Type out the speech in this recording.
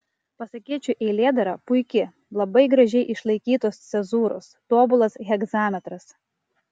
pasakėčių eilėdara puiki labai gražiai išlaikytos cezūros tobulas hegzametras